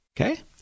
Okay